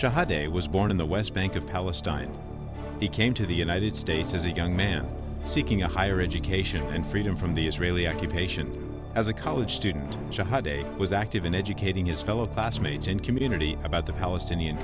eight day was born in the west bank of palestine he came to the united states as a young man seeking a higher education and freedom from the israeli occupation as a college student was active in educating his fellow classmates in community about the palestinian